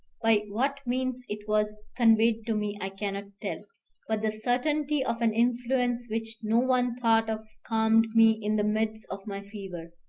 by what means it was conveyed to me i cannot tell but the certainty of an influence which no one thought of calmed me in the midst of my fever.